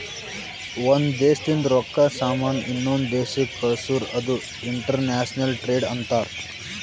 ಒಂದ್ ದೇಶದಿಂದ್ ರೊಕ್ಕಾ, ಸಾಮಾನ್ ಇನ್ನೊಂದು ದೇಶಕ್ ಕಳ್ಸುರ್ ಅದು ಇಂಟರ್ನ್ಯಾಷನಲ್ ಟ್ರೇಡ್ ಅಂತಾರ್